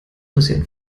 passieren